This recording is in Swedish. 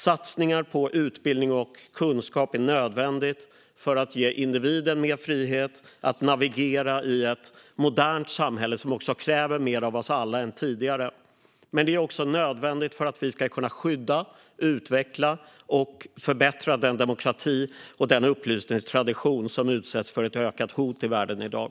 Satsningar på utbildning och kunskap är nödvändigt för att ge individen mer frihet att navigera i ett modernt samhälle som kräver mer av oss alla än tidigare. Men det är också nödvändigt för att vi ska kunna skydda, utveckla och förbättra den demokrati och upplysningstradition som utsätts för ökat hot i världen i dag.